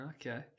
Okay